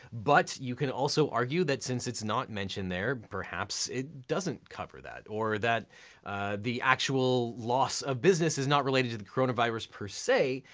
but you can also argue that since it's not mentioned there, perhaps it doesn't cover that. or that the actual loss of business is not related to the coronavirus per se,